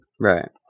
Right